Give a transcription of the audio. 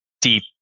deep